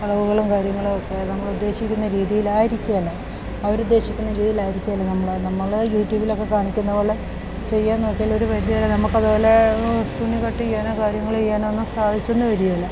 അളവുകളും കാര്യങ്ങളു ഒക്കെ നമ്മൾ ഉദ്ദേശിക്കുന്ന രീതിയിലായിരിക്കേല അവർ ഉദ്ദേശിക്കുന്ന രീതിയിലായിരിക്കേല നമ്മൾ നമ്മൾ യൂട്യൂബിലൊക്കെ കാണിക്കുന്ന പോലെ ചെയ്യാൻ നോക്കിയാൽ ഒരു പരിധി വരെ നമുക്ക് അതുപോലെ തുണി കട്ട് ചെയ്യാനോ കാര്യങ്ങൾ ചെയ്യാൻ ഒന്നും സാധിച്ചെന്ന് വരികേല